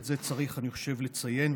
אני חושב שאת זה צריך לציין,